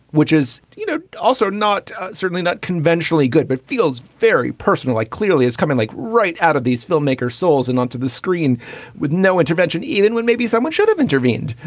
which is, you know, also not certainly not conventionally good, but feels very personal like clearly is coming like right out of these filmmakers souls and onto the screen with no intervention, even when maybe someone should have intervened.